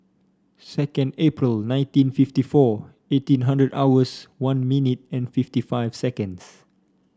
second April nineteen fifty four eighteen hundred hours one minute and fifty five seconds